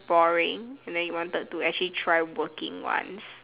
boring and then you wanted to actually try working once